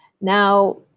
Now